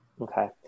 Okay